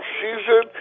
season